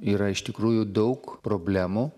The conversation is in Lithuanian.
yra iš tikrųjų daug problemų